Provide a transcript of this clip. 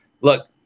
look